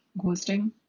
Ghosting